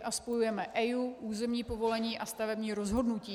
A spojujeme EIA, územní povolení a stavební rozhodnutí.